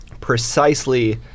precisely